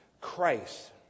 Christ